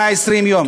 120 יום.